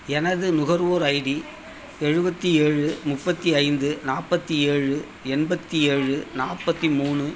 எனது நுகர்வோர் ஐடி எழுபத்தி ஏழு முப்பத்து ஐந்து நாற்பத்தி ஏழு எண்பத்தி ஏழு நாற்பத்தி மூணு